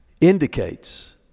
indicates